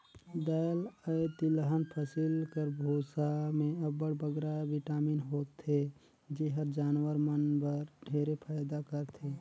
दाएल अए तिलहन फसिल कर बूसा में अब्बड़ बगरा बिटामिन होथे जेहर जानवर मन बर ढेरे फएदा करथे